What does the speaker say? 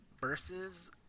versus